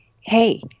Hey